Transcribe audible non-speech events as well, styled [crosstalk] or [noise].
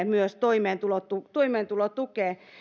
[unintelligible] myös toimeentulotukeen